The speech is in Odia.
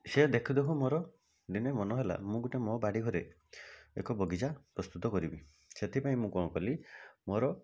ସେ ଦେଖୁ ଦେଖୁ ମୋର ଦିନେ ମନ ହେଲା ମୁଁ ଗୋଟେ ମୋ ବାଡ଼ିଘରେ ଏକ ବଗିଚା ପ୍ରସ୍ତୁତ କରିବି ସେଥିପାଇଁ ମୁଁ କ'ଣ କଲି ମୋର